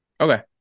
Okay